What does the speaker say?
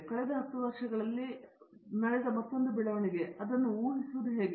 ಕಳೆದ 10 ವರ್ಷಗಳಲ್ಲಿ ನಡೆದ ಮತ್ತೊಂದು ಬೆಳವಣಿಗೆ ಅವುಗಳನ್ನು ಊಹಿಸುವುದು ಹೇಗೆ